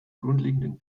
grundlegenden